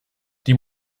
die